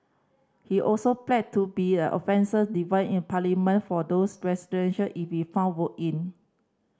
he also pledged to be an offence device in Parliament for those residential if he found voted in